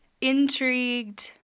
Intrigued